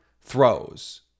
throws